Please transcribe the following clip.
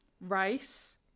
rice